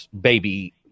baby